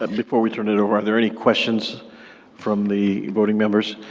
ah before we turn it over, are there any questions from the voting members?